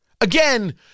Again